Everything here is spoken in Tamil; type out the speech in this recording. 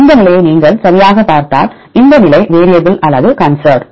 இந்த நிலையை நீங்கள் சரியாகப் பார்த்தால் இந்த நிலை வேரியபிள் அல்லது கன்சர்வ்டு